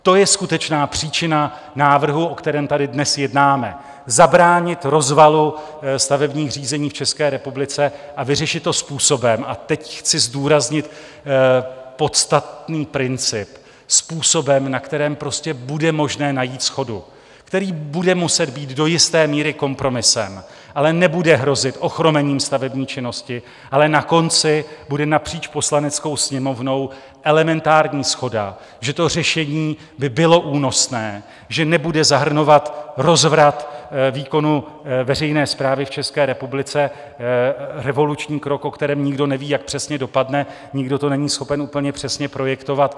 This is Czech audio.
To je skutečná příčina návrhu, o kterém tady dnes jednáme, zabránit rozvalu stavebních řízení v České republice a vyřešit to způsobem, a teď chci zdůraznit podstatný princip, na kterém prostě bude možné najít shodu, který bude muset být do jisté míry kompromisem, ale nebude hrozit ochromením stavební činnosti, ale na konci bude napříč Poslaneckou sněmovnou elementární shoda, že to řešení by bylo únosné, že nebude zahrnovat rozvrat výkonu veřejné správy v České republice, revoluční krok, o kterém nikdo neví, jak přesně dopadne, nikdo to není schopen úplně přesně projektovat.